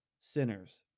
sinners